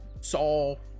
Saul